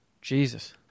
jesus